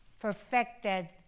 perfected